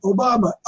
Obama